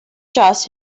just